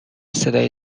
صدای